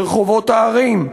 ברחובות הערים,